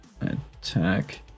attack